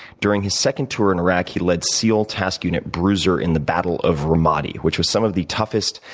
during his second tour in iraq, he led seal task unit bruiser in the battle of ramadi, which was some of the toughest,